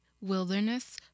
wilderness